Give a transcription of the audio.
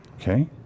Okay